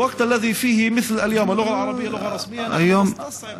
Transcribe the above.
גם היום,